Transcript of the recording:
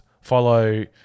follow